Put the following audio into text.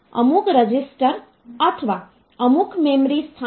આ રીતે તે હોય છે